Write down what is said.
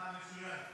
אה, מצוין.